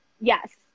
Yes